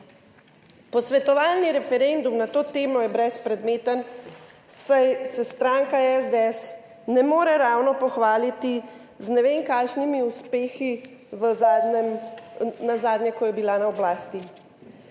Posvetovalni referendum na to temo je brezpredmeten, saj se stranka SDS ne more ravno pohvaliti z ne vem kakšnimi uspehi v zadnjem nazadnje, ko je bila na oblasti.